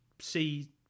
see